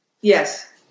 Yes